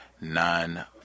nine